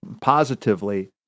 positively